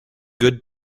good